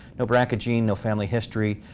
no brca gene, no family history.